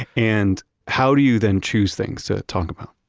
and how do you then choose things to talk about?